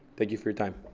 thank you for your time.